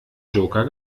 joker